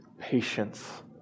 patience